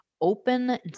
open